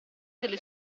delle